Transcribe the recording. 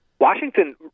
Washington